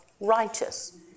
righteous